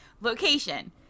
location